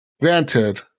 granted